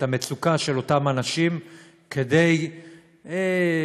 את המצוקה של אותם אנשים כדי נגיד,